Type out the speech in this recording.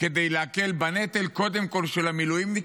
כדי להקל בנטל, קודם כול של המילואימניקים,